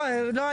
לא לא,